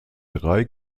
drei